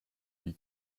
die